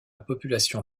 population